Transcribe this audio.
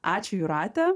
ačiū jūrate